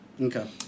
Okay